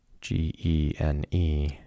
G-E-N-E